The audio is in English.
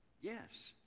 yes